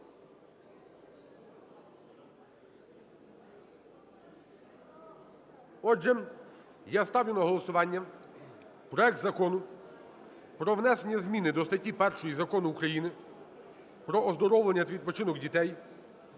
Отже, я ставлю на голосування проект Закону про внесення зміни до статті 1 Закону України "Про оздоровлення та відпочинок дітей"